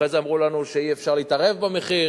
אחרי זה אמרו לנו שאי-אפשר להתערב במחיר.